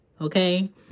Okay